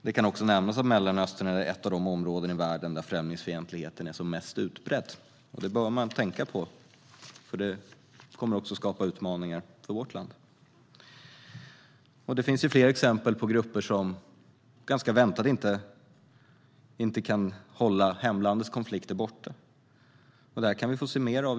Det kan också nämnas att Mellanöstern är ett av de områden i världen där främlingsfientligheten är som mest utbredd. Det bör man tänka på, för det kommer också att skapa utmaningar för vårt land. Det finns fler exempel på grupper som ganska väntat inte kan hålla hemlandets konflikter borta. Det kan vi få se mer av.